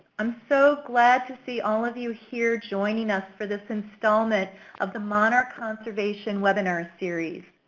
i'm so glad to see all of you here joining us for this installment of the monarch conservation webinar series.